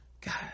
God